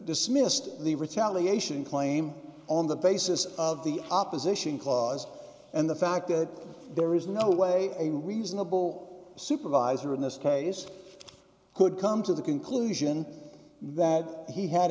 dismissed the retaliation claim on the basis of the opposition clause and the fact that there is no way a reasonable supervisor in this case could come to the conclusion that he had